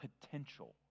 potential